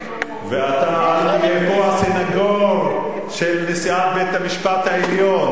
ואתה אל תהיה פה הסניגור של נשיאת בית-המשפט העליון,